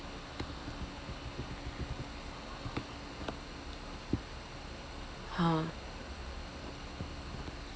ah